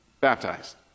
baptized